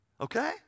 Okay